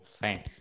fine